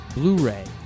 Blu-ray